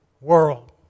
world